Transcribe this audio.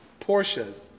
Porsches